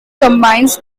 combines